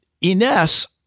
Ines